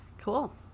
Cool